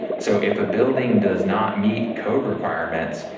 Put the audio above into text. so if a building does not meet code requirements,